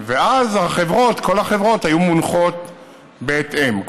ואז כל החברות היו מונחות בהתאם.